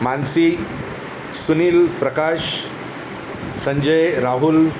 Mansi Sunil Prakash Sanjay Rahul